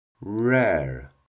rare